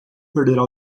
perderá